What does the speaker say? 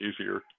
easier